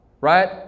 right